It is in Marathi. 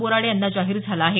बोराडे यांना जाहीर झाला आहे